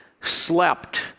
slept